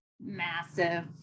massive